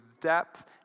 depth